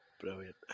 Brilliant